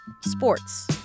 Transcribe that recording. Sports